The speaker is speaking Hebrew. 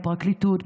בפרקליטות,